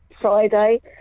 Friday